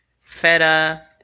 feta